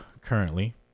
currently